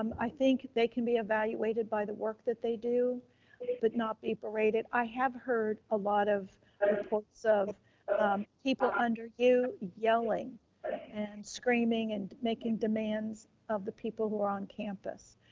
um i think they can be evaluated by the work that they do, but not be berated. i have heard a lot of reports of people under you yelling and screaming and making demands of the people who are on campus.